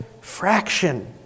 fraction